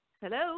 Hello